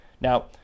Now